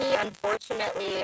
Unfortunately